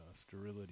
sterility